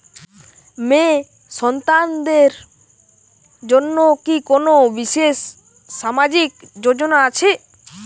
মেয়ে সন্তানদের জন্য কি কোন বিশেষ সামাজিক যোজনা আছে?